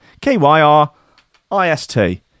K-Y-R-I-S-T